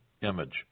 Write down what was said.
image